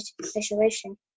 situation